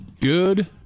Good